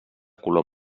color